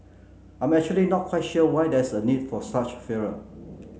I'm actually not quite sure why there's a need for such furor